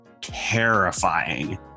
terrifying